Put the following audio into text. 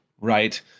right